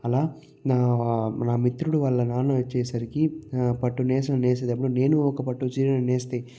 అలా నా నా మిత్రుడు వాళ్ళ నాన్న వచ్చేసరికి పట్టు నేసే నేసేటప్పుడు నేను ఒక పట్టు చీరను నేస్తే